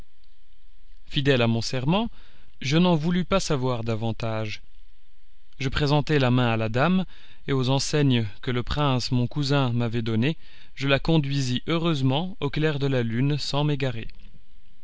fidèle à mon serment je n'en voulus pas savoir davantage je présentai la main à la dame et aux enseignes que le prince mon cousin m'avait données je la conduisis heureusement au clair de la lune sans m'égarer